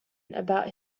about